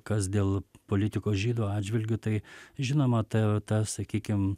kas dėl politikos žydų atžvilgiu tai žinoma ta ta sakykim